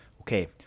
Okay